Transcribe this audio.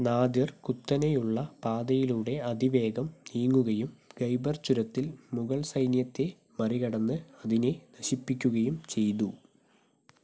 Nadir കുത്തനെയുള്ള പാതയിലൂടെ അതിവേഗം നീങ്ങുകയും ഖൈബർ ചുരത്തിൽ മുഗൾ സൈന്യത്തെ മറികടന്ന് അതിനെ നശിപ്പിക്കുകയും ചെയ്തു